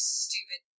stupid